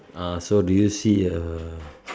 ah so do you see a